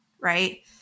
right